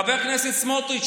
חבר הכנסת סמוטריץ',